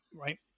Right